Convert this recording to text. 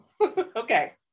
Okay